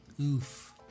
Oof